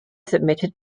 submitted